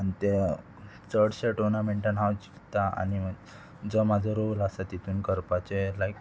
आनी ते चडशे टोर्नामेंटान हांव जिखता आनी जो म्हाजो रोल आसा तितून करपाचे लायक